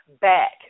back